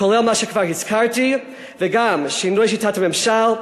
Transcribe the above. כולל מה שכבר הזכרתי וגם שינוי שיטת הממשל,